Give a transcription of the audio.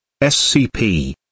SCP